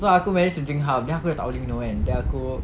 so aku manage to drink half then aku tak boleh minum then aku